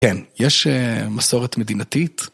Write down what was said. כן, יש מסורת מדינתית.